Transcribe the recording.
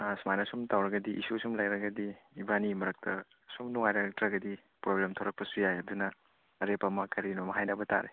ꯅꯪꯅ ꯁꯨꯃꯥꯏꯅ ꯁꯨꯝ ꯇꯧꯔꯒꯗꯤ ꯏꯁꯨ ꯁꯨꯝ ꯂꯩꯔꯒꯗꯤ ꯏꯕꯥꯅꯤꯒꯤ ꯃꯔꯛꯇ ꯁꯨꯝ ꯅꯨꯡꯉꯥꯏꯅꯔꯛꯇ꯭ꯔꯒꯗꯤ ꯄ꯭ꯔꯣꯕ꯭ꯂꯦꯝ ꯊꯣꯛꯂꯛꯄꯁꯨ ꯌꯥꯏ ꯑꯗꯨꯅ ꯑꯔꯦꯞꯄ ꯑꯃ ꯀꯔꯤꯅꯣ ꯑꯃ ꯍꯥꯏꯅꯕ ꯇꯥꯔꯦ